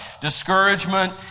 Discouragement